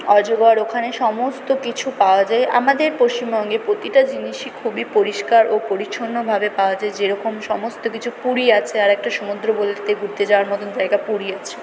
অজগর ওখানে সমস্ত কিছু পাওয়া যায় আমাদের পশ্চিমবঙ্গের প্রতিটা জিনিসই খুবই পরিষ্কার ও পরিচ্ছন্নভাবে পাওয়া যায় যেরকম সমস্ত কিছু পুরী আছে আর একটা সমুদ্র বলতে ঘুরতে যাওয়ার মতন জায়গা পুরী আছে